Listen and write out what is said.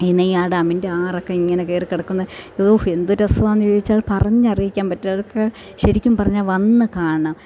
ഇനി നെയ്യാർ ഡാമിൻ്റെ ആറൊക്കെ ഇങ്ങനെ കയറി കിടക്കുന്ന ഹോ എന്തു രസമാണെന്ന് ചോദിച്ചാൽ പറഞ്ഞറിയിക്കാൻ പറ്റാ അതൊക്കെ ശരിക്കും പറഞ്ഞാൽ വന്ന് കാണണം